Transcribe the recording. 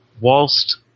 whilst